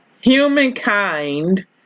humankind